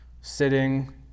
sitting